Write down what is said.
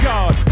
God